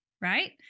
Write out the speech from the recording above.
right